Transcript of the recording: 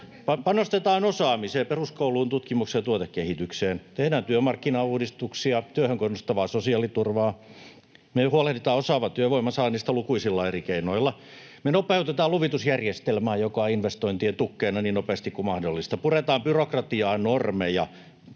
Panostetaan osaamiseen, peruskouluun, tutkimukseen ja tuotekehitykseen. Tehdään työmarkkinauudistuksia, työhön kannustavaa sosiaaliturvaa. Me huolehditaan osaavan työvoiman saannista lukuisilla eri keinoilla. Me nopeutetaan luvitusjärjestelmää, joka on investointien tukkeena, niin nopeasti kuin mahdollista, puretaan byrokratiaa, normeja.